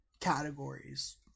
categories